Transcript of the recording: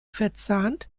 verzahnt